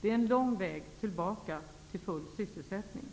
Det är en lång väg tillbaka till full sysselsättning.